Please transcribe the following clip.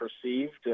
perceived